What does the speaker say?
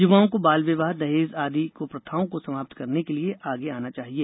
युवाओं को बाल विवाह दहेज आदि क्प्रथाओं को समाप्त करने के लिये आगे आना चाहिए